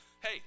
Hey